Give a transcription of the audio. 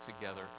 together